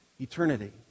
eternity